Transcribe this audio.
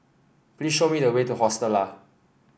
please show me the way to Hostel Lah